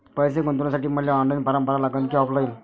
पैसे गुंतन्यासाठी मले ऑनलाईन फारम भरा लागन की ऑफलाईन?